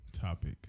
topic